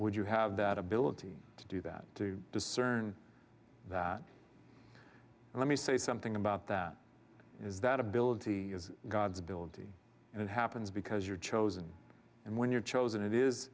would you have that ability to do that to discern that and let me say something about that is that ability is god's ability and it happens because you're chosen and when you're chosen it is